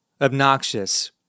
Obnoxious